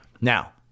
Now